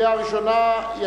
קריאה ראשונה.